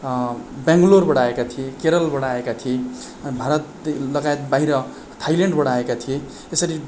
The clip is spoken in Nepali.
बेङलोरबाट आएका थिए केरलबाट आएका थिए भारत लगायत बाहिर थाइल्यान्डबाट आएका थिए त्यसरी